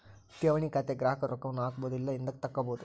ಠೇವಣಿ ಖಾತೆಗ ಗ್ರಾಹಕರು ರೊಕ್ಕವನ್ನ ಹಾಕ್ಬೊದು ಇಲ್ಲ ಹಿಂದುಕತಗಬೊದು